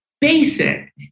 basic